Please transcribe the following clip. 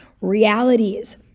realities